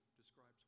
describes